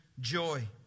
joy